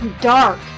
Dark